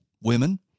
women